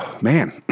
man